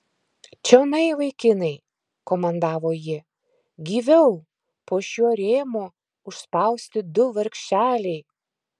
čionai vaikinai komandavo ji gyviau po šiuo rėmo užspausti du vargšeliai